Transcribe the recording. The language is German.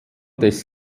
des